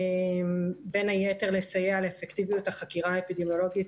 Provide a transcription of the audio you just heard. בין היתר לסייע לאפקטיביות החקירה האפידמיולוגית,